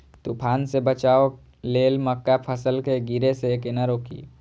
तुफान से बचाव लेल मक्का फसल के गिरे से केना रोकी?